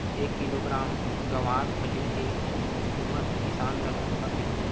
एक किलोग्राम गवारफली के किमत किसान ल कतका मिलही?